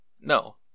No